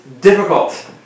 difficult